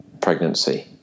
pregnancy